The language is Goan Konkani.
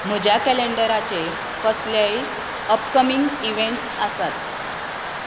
म्हज्या कैलन्डराचेर कसलेय अपकमिंग इवेन्ट्स आसात